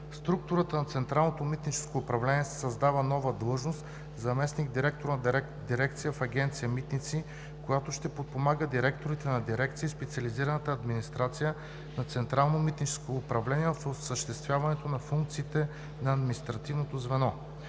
структурата на Централно митническо управление се създава нова длъжност „заместник-директор“ на дирекция в Агенция „Митници“, която ще подпомага директорите на дирекции в специализираната администрация на Централно митническо управление в осъществяването на функциите на административното звено.